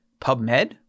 PubMed